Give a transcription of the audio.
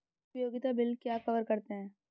उपयोगिता बिल क्या कवर करते हैं?